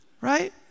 Right